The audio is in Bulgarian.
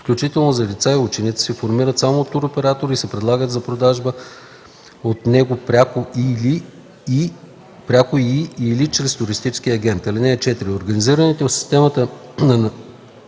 включително за деца и ученици, се формират само от туроператор и се предлагат за продажба от него пряко и/или чрез туристически агенти. (4) Организираните в системата на